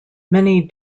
many